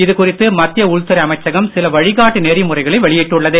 இது குறித்து மத்திய உள்துறை அமைச்சகம் சில வழிகாட்டு நெறிமுறைகளை வெளியிட்டுள்ளது